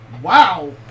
Wow